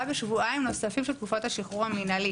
בשבועיים נוספים של תקופות השחרור המינהלי